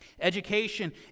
Education